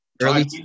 Early